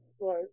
Right